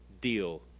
deal